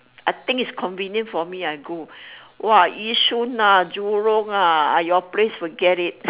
I think it's convenient for me I go !wah! yishun ah jurong ah ah your place forget it